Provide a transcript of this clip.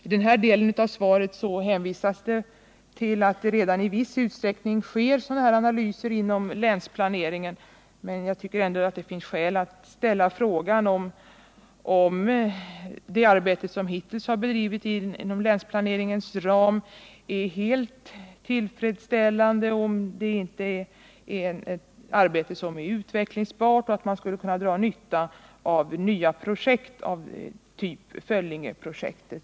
I denna del av svaret hänvisas det till att sådana här analyser redan i viss utsträckning har skett inom länsplaneringen. Jag anser ändå att det finns skäl att ställa frågan om det arbete som hittills har bedrivits inom länsplaneringens ram är helt till fyllest, om det inte är ett arbete som är utvecklingsbart och om man inte skulle kunna dra nytta av nya projekt av typ Föllingeprojektet.